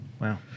Wow